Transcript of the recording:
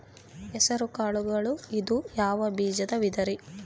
ಹೆಸರುಕಾಳು ಇದು ಯಾವ ಬೇಜದ ವಿಧರಿ?